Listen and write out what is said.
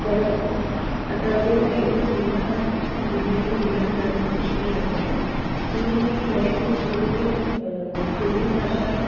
पर असांजे लाइ इअ सुविधा दिल्लीअ में मिलण ॾाढी मुश्किल आहे स्कूल में कंहिं बि स्कूल में अ सिंधी भाषा